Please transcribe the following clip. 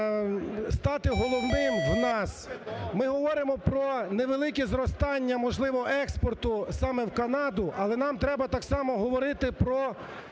стати головним в нас. Ми говоримо про невелике зростання, можливо, експорту саме в Канаду, але нам треба так само говорити про